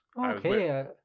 Okay